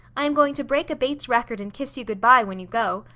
i am going to break a bates record and kiss you good-bye, when you go.